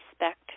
respect